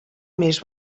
més